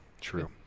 True